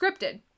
scripted